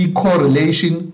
correlation